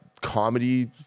comedy